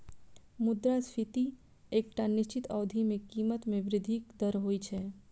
मुद्रास्फीति एकटा निश्चित अवधि मे कीमत मे वृद्धिक दर होइ छै